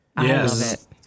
yes